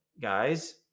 guys